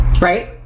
Right